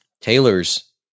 Taylor's